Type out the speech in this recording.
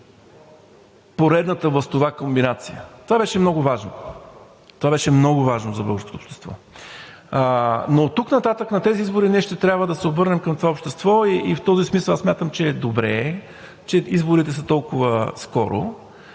поредната властова комбинация. Това беше много важно. Това беше много важно за българското общество! Но оттук нататък на тези избори, ние ще трябва да се обърнем към това общество и в този смисъл, аз смятам, че е добре, че изборите са толкова скоро,